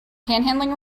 panhandling